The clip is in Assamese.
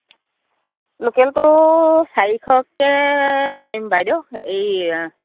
লোকেলটো চাৰিশকৈ নোৱাৰিম বাইদেউ এই